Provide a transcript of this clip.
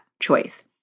choice